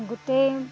গোটেই